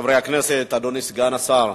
חברי הכנסת, אדוני סגן השר,